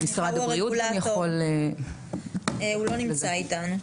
משרד הבריאות לא נמצא איתנו.